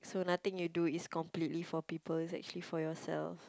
so nothing you do is completely for people it's actually for yourself